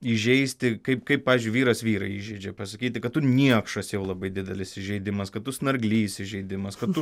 įžeisti kaip kaip pavyzdžiui vyras vyrą įžeidžia pasakyti kad tu niekšas jau labai didelis įžeidimas kad tu snarglys įžeidimas kad tu